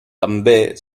també